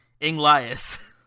Inglias